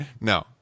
No